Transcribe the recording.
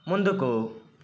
ముందుకు